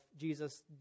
Jesus